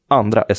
andra